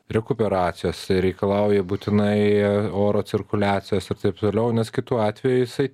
rekuperacijos reikalauja būtinai oro cirkuliacijos ir taip toliau nes kitu atveju jisai